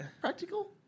Practical